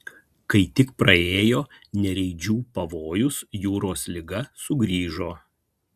kai tik praėjo nereidžių pavojus jūros liga sugrįžo